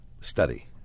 study